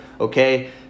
okay